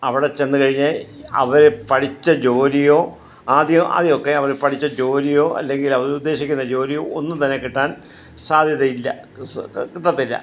അവിടെ ചെന്ന് കഴിഞ്ഞ് അവർ പഠിച്ച ജോലിയോ ആദ്യം ആദ്യമൊക്കെ അവർ പഠിച്ച ജോലിയോ അല്ലെങ്കിൽ അവർ ഉദ്ദേശിക്കുന്ന ജോലിയോ ഒന്നും തന്നെ കിട്ടാൻ സാധ്യത ഇല്ല കിട്ടത്തില്ല